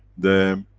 the